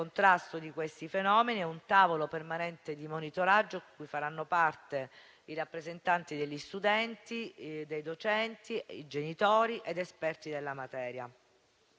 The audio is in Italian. il contrasto di questi fenomeni e un tavolo permanente di monitoraggio di cui faranno parte i rappresentanti degli studenti e dei docenti, i genitori ed esperti della materia.